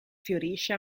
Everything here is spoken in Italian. fiorisce